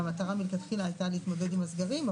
והמטרה מלכתחילה היתה להתמודד עם הסגרים,